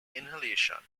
inhalation